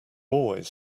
always